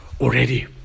already